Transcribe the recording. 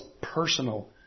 personal